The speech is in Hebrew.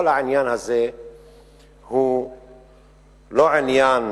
כל העניין הזה הוא לא עניין